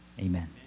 Amen